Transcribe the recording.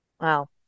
Wow